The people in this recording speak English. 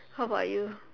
how about you